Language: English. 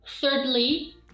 thirdly